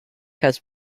has